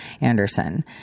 Anderson